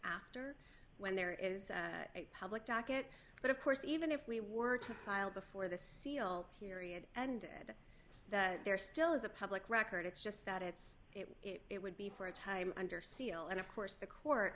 after when there is a public docket but of course even if we were to file before the seal period and said that there still is a public record it's just that it's it would be for a time under seal and of course the court